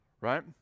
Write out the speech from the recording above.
right